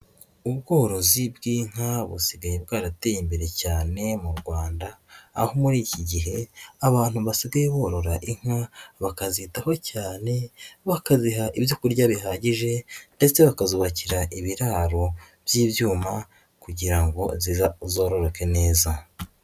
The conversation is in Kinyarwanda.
Ubworozi bw'inka busigaye bwarateye imbere cyane mu Rwanda aho muri iki gihe abantu basigaye borora inka bakazitaho cyane bakaziha ibyo kurya bihagije ndetse bakazubakira ibiraro by'ibyuma kugira ngo zizororoke neza.